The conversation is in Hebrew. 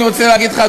אני רוצה להגיד לך,